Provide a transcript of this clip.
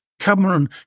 Cameron